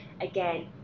again